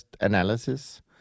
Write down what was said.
analysis